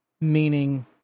meaning